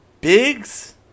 Biggs